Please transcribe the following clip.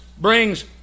brings